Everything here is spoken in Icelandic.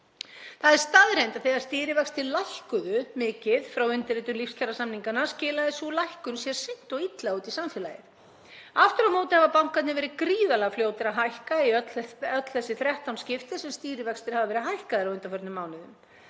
Það er staðreynd að þegar stýrivextir lækkuðu mikið frá undirritun lífskjarasamninga skilaði sú lækkun sér seint og illa út í samfélagið. Aftur á móti hafa bankarnir verið gríðarlega fljótir að hækka í öll þessi 13 skipti sem stýrivextir hafa verið hækkaðir á undanförnum mánuðum.